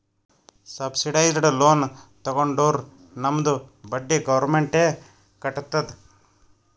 subsidised loan ತಗೊಂಡುರ್ ನಮ್ದು ಬಡ್ಡಿ ಗೌರ್ಮೆಂಟ್ ಎ ಕಟ್ಟತ್ತುದ್